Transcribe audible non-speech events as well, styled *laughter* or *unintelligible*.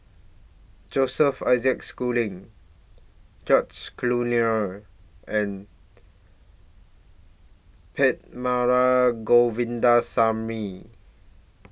Joseph Isaac Schooling George Collyer and *unintelligible* Govindaswamy